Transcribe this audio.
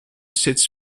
sits